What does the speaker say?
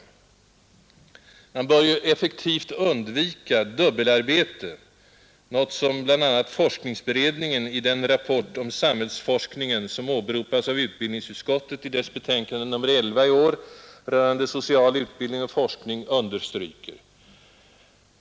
Man bör ju effektivt undvika dubbelarbete, något som bl.a. forskningsberedningen i den rapport om samhällsforskning, som åberopades av utbildningsutskottet i dess betänkande nr 11 i år rörande social utbildning och forskning, understryker.